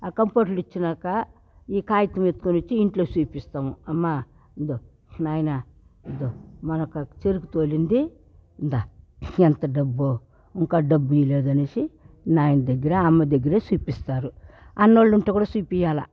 ఆ కంపూటర్ ఇచ్చినాక ఈ కాగితము ఎత్తుకొని వచ్చి ఇంట్లో చూపిస్తాము అమ్మ ఇదో నాయన ఇదో మనకు చెరుకు తోలింది ఇందా ఎంత డబ్బో ఇంకా డబ్బు ఇలేదు అనేసి నాయన దగ్గర అమ్మ దగ్గర చూపిస్తారు అన్నోలు ఉంటే కూడా చూపియాల